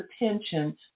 attention